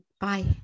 bye